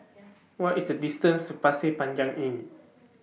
What IS The distance to Pasir Panjang Inn